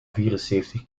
vierenzeventig